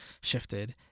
shifted